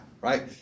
right